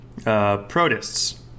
protists